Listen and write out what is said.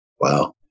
wow